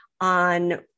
on